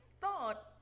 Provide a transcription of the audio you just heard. thought